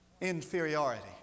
inferiority